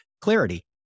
clarity